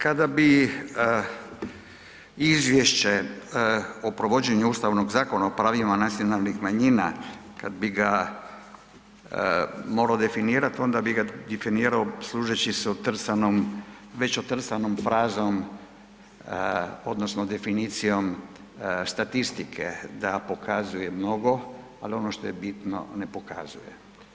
Kada bi izvješće o provođenju Ustavnog zakona o pravima nacionalnih manjina, kad bi ga morao definirat, onda bi ga definirao služeći otrcanom, već otrcanom frazom odnosno definicijom statistike da pokazuje mnogo, ali ono što je bitno, ne pokazuje.